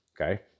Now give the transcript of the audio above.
Okay